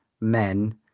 Men